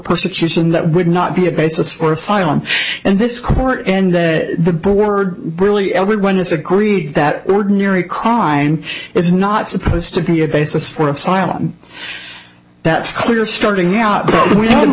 persecution that would not be a basis for asylum and this court and the board really everyone is agreed that ordinary crime is not supposed to be a basis for asylum that's clear starting out w